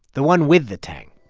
the one with the tang